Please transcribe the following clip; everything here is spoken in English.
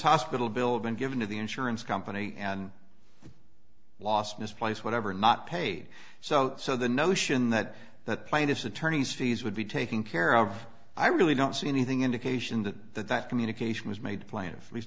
hospital bill been given to the insurance company and lost misplaced whatever not paid so so the notion that that plaintiff's attorneys fees would be taking care of i really don't see anything indication that that that communication was made